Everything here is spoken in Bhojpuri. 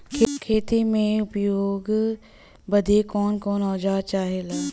खेती में उपयोग बदे कौन कौन औजार चाहेला?